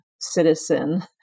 citizen